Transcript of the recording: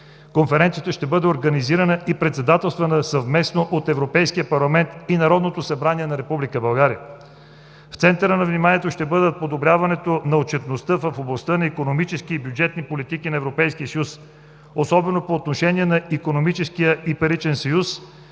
Конференцията ще бъде организирана и председателствана съвместно от Европейския парламент и Народното събрание на Република България. В центъра на вниманието ще бъдат подобряването на отчетността в областта на икономически и бюджетни политики на Европейския съюз, особено по отношение на икономическия и паричен съюз,